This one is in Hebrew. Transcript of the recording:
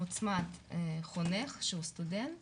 מוצמד חונך שהוא סטודנט